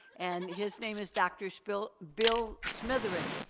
and his name is dr. so bill bill smitherin.